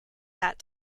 that